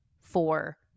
four